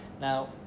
Now